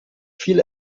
viel